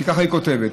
ככה היא כותבת,